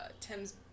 Tim's